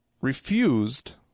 refused